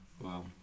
Wow